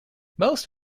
most